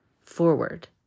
forward